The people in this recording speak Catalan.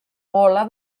gola